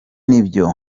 nibyo